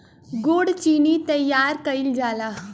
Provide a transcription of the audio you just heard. गुड़ चीनी तइयार कइल जाला